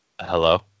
Hello